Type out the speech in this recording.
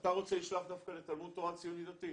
אתה רוצה לשלוח דווקא לתלמוד תורה ציוני-דתי?